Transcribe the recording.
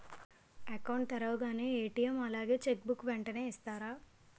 Account తెరవగానే ATM అలాగే cheque book వెంటనే ఇస్తారా?